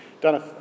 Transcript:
done